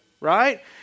Right